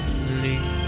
sleep